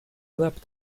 leapt